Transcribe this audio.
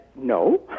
no